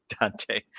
Dante